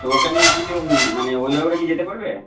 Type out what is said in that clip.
তো ওখানে কিছু মানে অভিভাবকরা কি যেতে পারবে